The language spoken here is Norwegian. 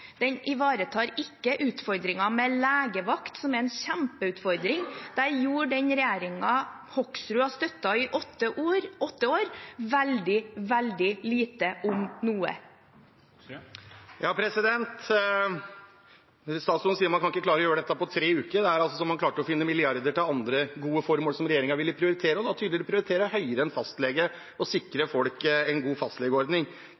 Den ivaretar ikke utfordringen med legevakt, som er en kjempeutfordring. Der gjorde den regjeringen Hoksrud har støttet i åtte år, veldig, veldig lite – om noe. Statsråden sier at man ikke kan klare å gjøre dette på tre uker. Det er altså sånn at man klarte å finne milliarder til andre gode formål som regjeringen ville prioritere – og da tydeligvis prioritere høyere enn